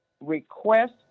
request